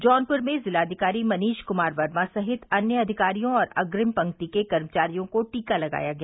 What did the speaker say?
जौनप्र में जिलाधिकारी मनीष क्मार वर्मा सहित अन्य अधिकारियों और अग्रिम पक्ति के कर्मचारियों को टीका लगाया गया